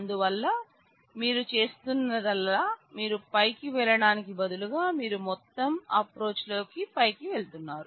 అందువల్ల మీరు చేస్తున్నదల్లా మీరు పైకి వెళ్లడానికి బదులుగా మీరు మొత్తం అప్రోచ్ లో పైకి వెళుతున్నారు